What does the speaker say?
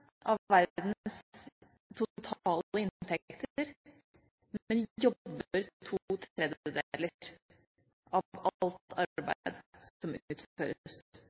av verdens totale inntekter, men står for to tredjedeler av alt arbeid som